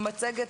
מצגת,